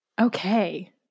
Okay